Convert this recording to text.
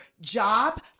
job